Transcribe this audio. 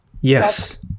Yes